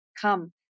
come